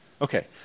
Okay